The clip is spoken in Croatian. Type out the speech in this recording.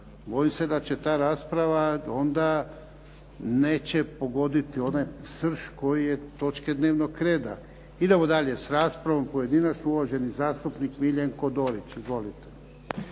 bojim se da ta rasprava onda neće pogoditi onaj srž koji je točke dnevnog reda. Idemo dalje s raspravom pojedinačnom. Uvaženi zastupnik Miljenko Dorić. Izvolite.